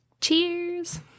Cheers